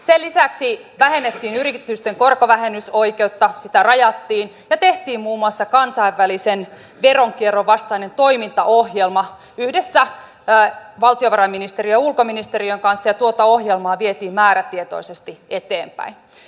sen lisäksi vähennettiin yritysten korkovähennysoikeutta sitä rajattiin ja tehtiin muun muassa kansainvälisen veronkierron vastainen toimintaohjelma yhdessä valtiovarainministeriön ja ulkoministeriön kanssa ja tuota ohjelmaa vietiin määrätietoisesti eteenpäin